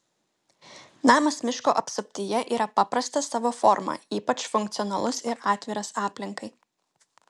namas miško apsuptyje yra paprastas savo forma ypač funkcionalus ir atviras aplinkai